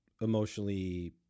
emotionally